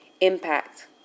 impact